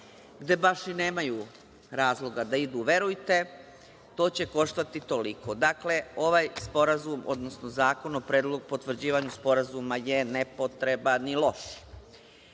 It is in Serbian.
gde baš i nemaju razloga da idu verujte, to će koštati toliko. Ovaj Sporazum, odnosno zakon o potvrđivanju sporazuma je nepotreban i